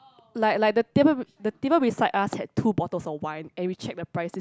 like like the table the table beside us had two bottles of wine and we check the price is